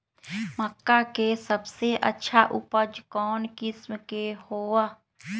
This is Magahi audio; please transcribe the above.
मक्का के सबसे अच्छा उपज कौन किस्म के होअ ह?